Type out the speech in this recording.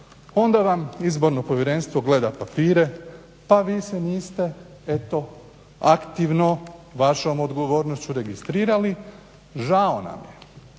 onda vam izborno povjerenstvo gleda papire pa vi se niste eto aktivno, vašom odgovornošću registrirali, žao nam je.